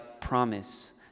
promise